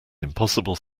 impossible